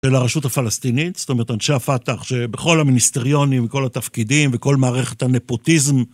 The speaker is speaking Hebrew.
של הרשות הפלסטינית, זאת אומרת אנשי הפתח שבכל המיניסטריונים וכל התפקידים וכל מערכת הנפוטיזם.